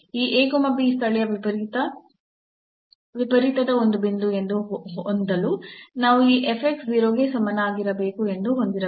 ಈ ಸ್ಥಳೀಯ ವಿಪರೀತದ ಒಂದು ಬಿಂದು ಎಂದು ಹೊಂದಲು ನಾವು ಈ 0 ಗೆ ಸಮನಾಗಿರಬೇಕು ಎಂದು ಹೊಂದಿರಬೇಕು